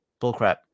Bullcrap